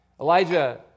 Elijah